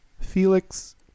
Felix